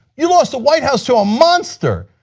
you lost the white house to a monster,